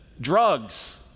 drugs